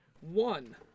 One